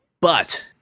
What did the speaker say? But-